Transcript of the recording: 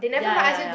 ya ya ya